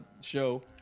show